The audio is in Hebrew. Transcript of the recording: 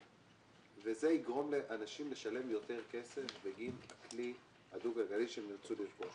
זה יגרום לאנשים לשלם יותר כסף בגין הכלי הדו גלגלי שהם ירצו לרכוש.